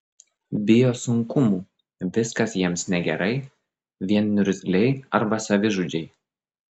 bijo sunkumų viskas jiems negerai vien niurzgliai arba savižudžiai